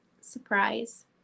surprise